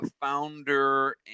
founder